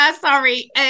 sorry